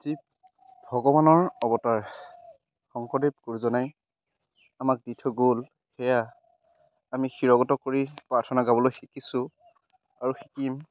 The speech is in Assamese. যি ভগৱানৰ অৱতাৰ শংকৰদেৱ গুৰুজনাই আমাক দি থৈ গ'ল সেয়া আমি শিৰগত কৰি প্ৰাৰ্থনা গাবলৈ শিকিছোঁ আৰু শিকিম